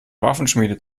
waffenschmiede